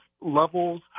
levels